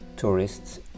tourists